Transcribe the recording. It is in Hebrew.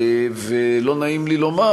ו-לא נעים לי לומר,